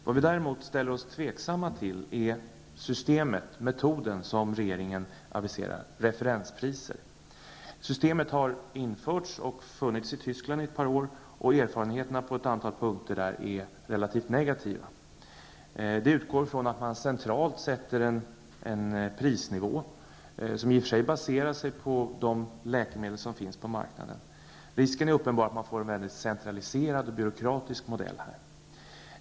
Vad vi däremot ställer oss tveksamma till är systemet, metoden, som regeringen aviserar, alltså referenspriset. Systemet har införts och funnits i Tyskland i ett par år. Erfarenheterna är relativt negativa på ett antal punkter. Systemet utgår ifrån att man centralt sätter en prisnivå. Den baserar sig på de läkemedel som finns på marknaden. Risken är uppenbar att man får en mycket centraliserad och byråkratisk modell.